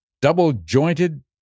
double-jointed